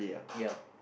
yup